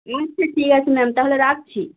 আচ্ছা ঠিক আছে ম্যাম তাহলে রাখছি